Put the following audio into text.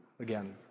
again